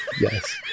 yes